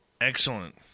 Excellent